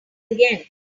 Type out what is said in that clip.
again